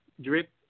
drip